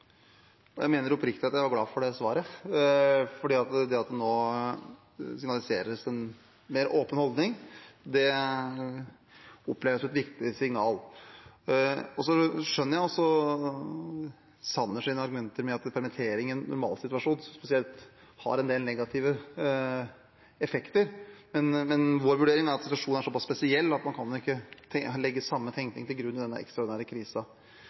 for det at det nå signaliseres en mer åpen holdning, oppleves som et viktig signal. Så skjønner jeg også Sanners argumenter om at permittering, spesielt i en normalsituasjon, har en del negative effekter, men vår vurdering er at situasjonen er såpass spesiell at man ikke kan legge samme tenkning til grunn i denne ekstraordinære